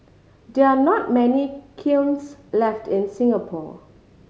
there are not many kilns left in Singapore